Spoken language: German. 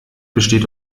besteht